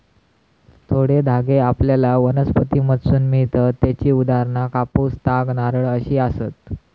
थोडे धागे आपल्याला वनस्पतींमधसून मिळतत त्येची उदाहरणा कापूस, ताग, नारळ अशी आसत